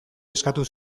eskatu